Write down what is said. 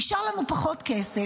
נשאר לנו פחות כסף,